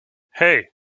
hey